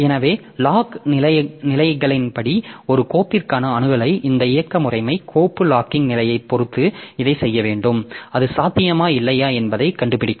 எனவே லாக் நிலைகளின்படி ஒரு கோப்பிற்கான அணுகலை இந்த இயக்க முறைமை கோப்பு லாக்கிங் நிலையைப் பொறுத்து இதைச் செய்ய வேண்டும் அது சாத்தியமா இல்லையா என்பதைக் கண்டுபிடிக்கும்